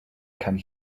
can